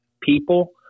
people